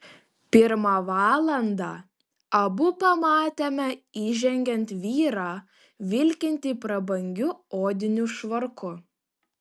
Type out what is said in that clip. pirmą valandą abu pamatėme įžengiant vyrą vilkintį prabangiu odiniu švarku